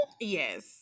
Yes